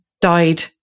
died